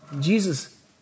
Jesus